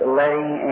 letting